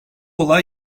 olay